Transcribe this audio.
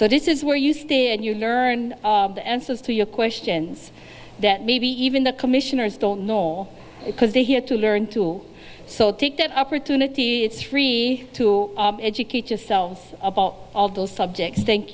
so this is where you stay and you learn the answers to your questions that maybe even the commissioners don't know because they have to learn to so take that opportunity it's free to educate yourself about all of those subjects thank